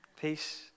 Peace